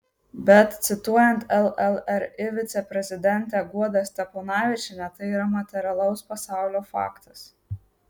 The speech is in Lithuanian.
bet cituojant llri viceprezidentę guodą steponavičienę tai yra materialaus pasaulio faktas